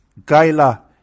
Gaila